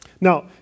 Now